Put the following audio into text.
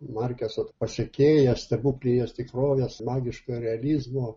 markeso pasekėja stebuklinės tikrovės magiškojo realizmo